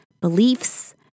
beliefs